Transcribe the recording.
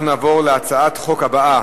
אנחנו נעבור להצעת החוק הבאה,